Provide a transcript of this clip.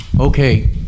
okay